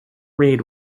read